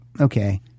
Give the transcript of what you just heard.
okay